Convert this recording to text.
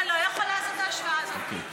אתה לא יכול לעשות את ההשוואה הזאת.